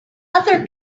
other